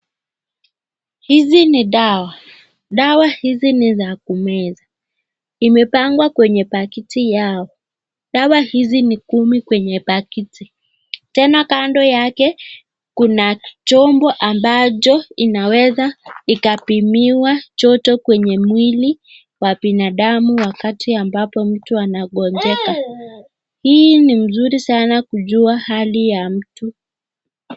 Hizi ni dawa. dawa hizi ni za kumeza. imepagwa kwenye pakiti yao .dawa hizi ni kumi kwenye pakiti .tena kando yake ,Kuna chombo ambacho inaweza ikapimiwa joto kwenye mwili wa binadamu wakati ambapo mtu anagonjeka hii ni mzuri sana kujua Hali ya mtu.....